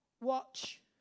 Watch